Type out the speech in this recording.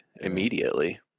immediately